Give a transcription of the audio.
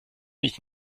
nicht